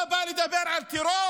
אתה בא לדבר על טרור?